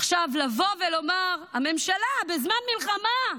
עכשיו לבוא ולומר, הממשלה, בזמן מלחמה,